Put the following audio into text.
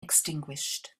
extinguished